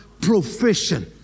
profession